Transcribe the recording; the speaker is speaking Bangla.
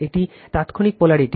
এটি তাত্ক্ষণিক পোলারিটি